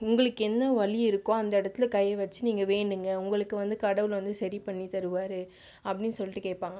உங்களுக்கு என்ன வலி இருக்கோ அந்த இடத்தில் கை வெச்சு நீங்கள் வேண்டுங்கள் உங்களுக்கு வந்து கடவுள் வந்து சரி பண்ணி தருவார் அப்படினு சொல்லிட்டு கேட்பாங்க